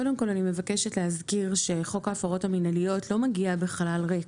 קודם כל אני מבקשת להזכיר שחוק ההפרות המינהליות לא מגיע בחלל ריק.